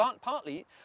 partly